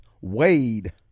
Wade